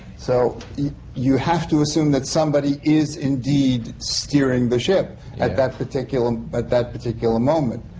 so you have to assume that somebody is indeed steering the ship at that particular but that particular moment.